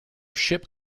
ship